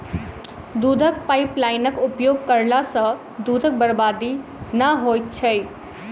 दूधक पाइपलाइनक उपयोग करला सॅ दूधक बर्बादी नै होइत छै